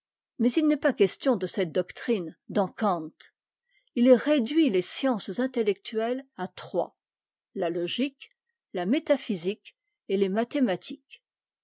mais il n'est pas question de cette doctrine dans kant il réduit les sciences intéuectuelles à trois la logique a métaphysique et les mathématiques